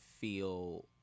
feel